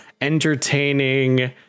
entertaining